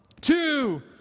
two